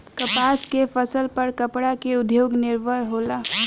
कपास के फसल पर कपड़ा के उद्योग निर्भर होला